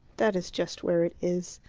that is just where it is.